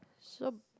so